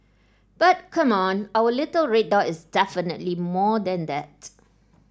but come on our little red dot is definitely more than that